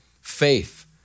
faith